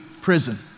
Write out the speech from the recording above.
prison